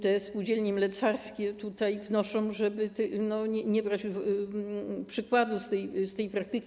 Te spółdzielnie mleczarskie tutaj wnoszą, żeby nie brać przykładu z tej praktyki.